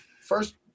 first